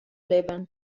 libben